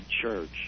church